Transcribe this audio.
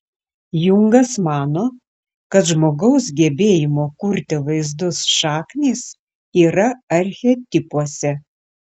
jungas mano kad žmogaus gebėjimo kurti vaizdus šaknys yra archetipuose